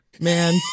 Man